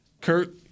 Kurt